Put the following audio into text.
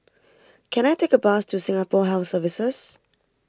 can I take a bus to Singapore Health Services